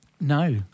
No